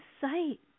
sight